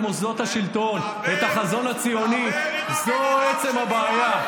את מוסדות השלטון ואת החזון הציוני זו עצם הבעיה.